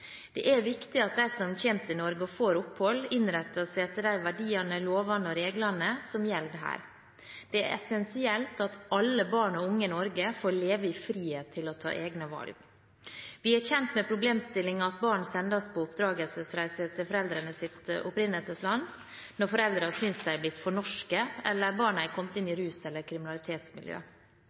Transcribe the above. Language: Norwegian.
Det er viktig at de som kommer til Norge og får opphold, innretter seg etter de verdiene, lovene og reglene som gjelder her. Det er essensielt at alle barn og unge i Norge får leve i frihet til å ta egne valg. Vi er kjent med den problemstillingen at barn sendes på oppdragelsesreise til foreldrenes opprinnelsesland når foreldrene synes de har blitt for norske, eller når barna har kommet inn i et rus- eller kriminalitetsmiljø.